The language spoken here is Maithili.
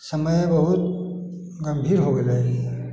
समय बहुत गम्भीर हो गेलै